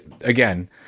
again